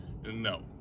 No